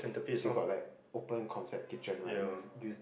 if you got like open concept kitchen right you use